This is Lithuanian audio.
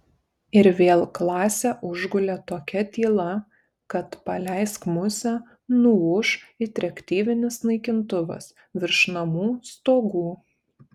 ir vėl klasę užgulė tokia tyla kad paleisk musę nuūš it reaktyvinis naikintuvas virš namų stogų